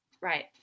right